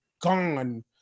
gone